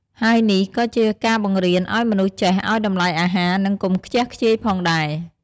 ហើយនេះក៏ជាការបង្រៀនឲ្យមនុស្សចេះ ឲ្យតម្លៃអាហារ និងកុំខ្ជះខ្ជាយផងដែរ។